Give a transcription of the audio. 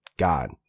God